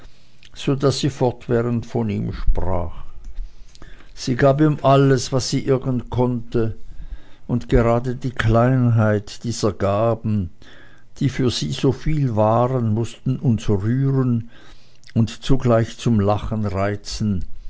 so daß sie fortwährend von ihm sprach sie gab ihm alles was sie irgend konnte und gerade die kleinheit dieser gaben die für sie so viel waren mußten uns rühren und zugleich zum lachen reizen